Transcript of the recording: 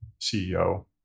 ceo